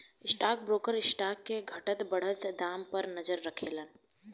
stock broker stock के घटत बढ़त दाम पर नजर राखेलन